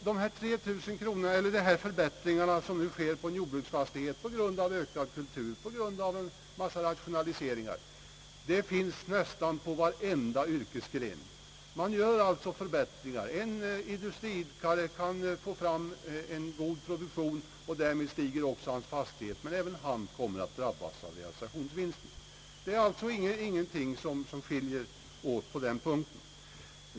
Värdeförbättringar, som sker på en jordbruksfastighet på grund av ökad kultur och rationaliseringar, finns på motsvarande sätt i nästan varenda yrkesgren. En industriidkare kan få fram en god produktion; därmed stiger också hans fastighet. Även han kommer att drabbas av realisationsvinsten. Ang. markvärdebeskattningen Det är ingenting som skiljer på den punkten.